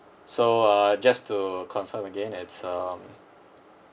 so uh just to confirm again it's um